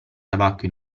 tabacco